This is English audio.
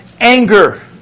anger